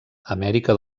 amèrica